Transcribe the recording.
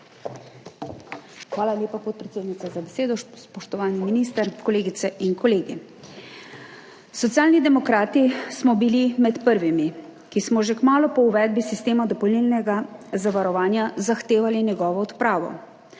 Hvala lepa, podpredsednica, za besedo. Spoštovani minister, kolegice in kolegi! Socialni demokrati smo bili med prvimi, ki smo že kmalu po uvedbi sistema dopolnilnega zavarovanja zahtevali njegovo odpravo,